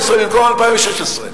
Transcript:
עד 2018, במקום עד 2016,